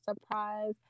surprise